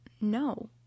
no